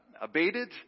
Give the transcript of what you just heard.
abated